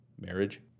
marriage